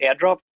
airdrop